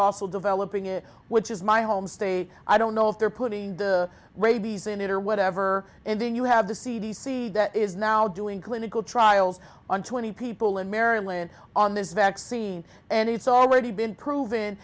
also developing it which is my home state i don't know if they're putting the rabies in it or whatever and then you have the c d c that is now doing clinical trials on twenty people in maryland on this vaccine and it's already been proven